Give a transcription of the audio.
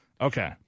Okay